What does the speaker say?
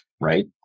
right